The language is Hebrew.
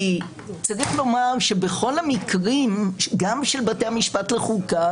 צריך לומר שבכל המקרים, גם של בתי המשפט לחוקה